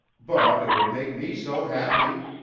but it would make me so happy!